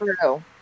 True